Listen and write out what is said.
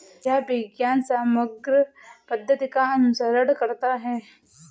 यह विज्ञान समग्र पद्धति का अनुसरण करता है